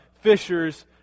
fishers